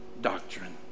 doctrine